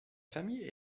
famille